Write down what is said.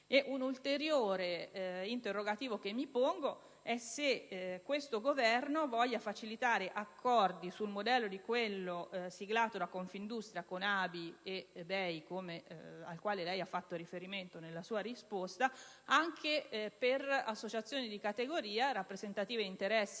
Un ulteriore interrogativo che mi pongo è se questo Governo voglia facilitare accordi sul modello di quello siglato da Confindustria con ABI e BEI, al quale lei ha fatto riferimento nella sua risposta, anche per associazioni di categoria rappresentative di interessi